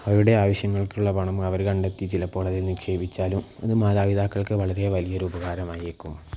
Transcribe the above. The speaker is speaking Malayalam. അവരുടെ ആവശ്യങ്ങൾക്കുള്ള പണം അവർ കണ്ടെത്തി ചിലപ്പോൾ അതിൽ നിക്ഷേപിച്ചാലും അത് മാതാപിതാക്കൾക്ക് വളരെ വലിയൊരു ഉപകാരമായേക്കും